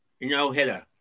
no-hitter